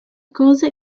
cose